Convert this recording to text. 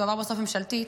שהוא עבר בסוף ממשלתית,